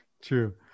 true